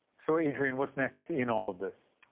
so, adrienne, what's next in all of this?